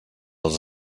les